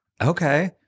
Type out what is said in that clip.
okay